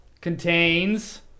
Contains